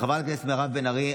חברת הכנסת מירב בן ארי,